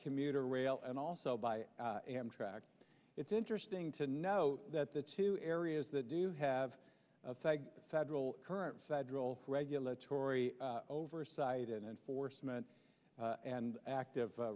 commuter rail and also by amtrak it's interesting to note that the two areas that do have a federal current federal regulatory oversight and enforcement and active